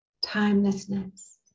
Timelessness